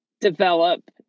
develop